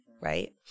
right